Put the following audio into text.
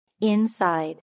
Inside